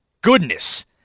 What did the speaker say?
goodness